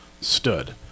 stood